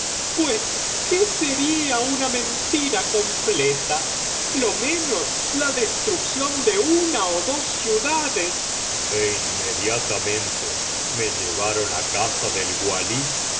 pues qué sería una mentira completa lo menos la destrucción de una ó dos ciudades e inmediatamente me llevaron á casa del walí